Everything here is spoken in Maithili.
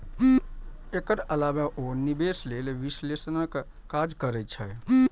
एकर अलावे ओ निवेश लेल विश्लेषणक काज करै छै